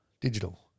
Digital